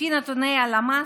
לפי נתוני הלמ"ס,